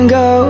go